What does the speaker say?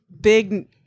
big